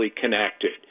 connected